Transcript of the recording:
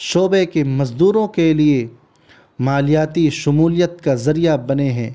شعبے کے مزدوروں کے لیے مالیاتی شمولیت کا ذریعہ بنے ہیں